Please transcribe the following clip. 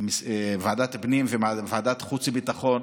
לוועדת הפנים ולוועדת החוץ והביטחון.